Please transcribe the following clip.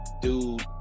dude